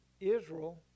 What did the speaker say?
Israel